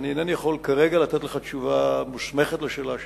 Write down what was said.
אני לא יכול כרגע לתת לך תשובה מוסמכת לשאלה השנייה.